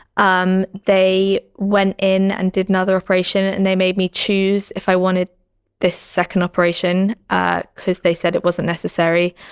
um they went in and did another operation and they made me choose if i wanted this second operation ah because they said it wasn't necessary.